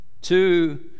Two